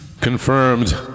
confirmed